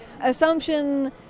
Assumption